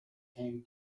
came